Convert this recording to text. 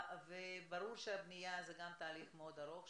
ברור שהבנייה היא גם תהליך מאוד ארוך,